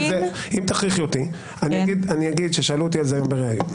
אם תכריחי אותי אני אומר ששאלו אותי על זה היום בריאיון.